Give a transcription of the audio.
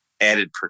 added